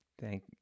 Thank